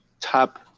top